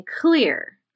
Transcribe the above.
clear